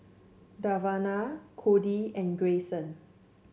Davina Codie and Greyson